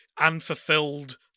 unfulfilled